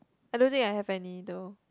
I don't think I have any though